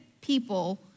people